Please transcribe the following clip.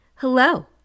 Hello